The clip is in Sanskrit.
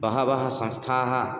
बहवः संस्थाः